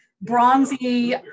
bronzy